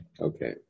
okay